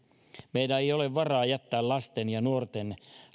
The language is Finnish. meillä ei ole varaa jättää lasten ja nuorten